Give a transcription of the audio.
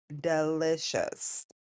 delicious